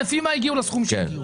לפי מה הגיעו לסכום שהגיעו.